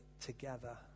together